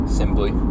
simply